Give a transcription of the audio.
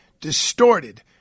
distorted